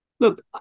Look